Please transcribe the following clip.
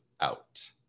out